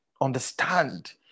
Understand